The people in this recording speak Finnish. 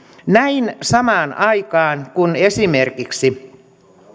näin samaan aikaan kun esimerkiksi